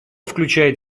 включает